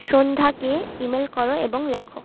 সন্ধ্যাকে email করো এবং লেখো